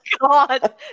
God